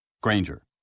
Granger